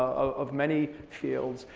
of many fields,